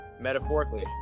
metaphorically